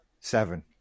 Seven